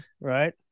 right